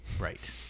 Right